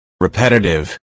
repetitive